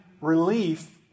relief